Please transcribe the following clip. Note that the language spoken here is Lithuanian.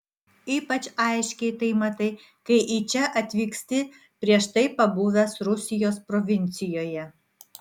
ypač aiškiai tai matai kai į čia atvyksti prieš tai pabuvęs rusijos provincijoje